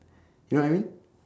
you know what I mean